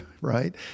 right